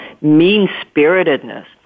mean-spiritedness